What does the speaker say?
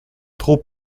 trop